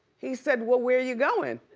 he said, well, where you goin'?